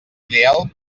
ideal